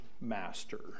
master